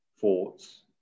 thoughts